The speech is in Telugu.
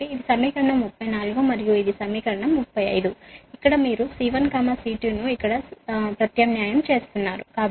కాబట్టి ఇది సమీకరణం 34 మరియు ఇది సమీకరణం 35 ఇక్కడ మీరు C1 C2 ను ప్రతిక్షేపిస్తున్నారు